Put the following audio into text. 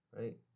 right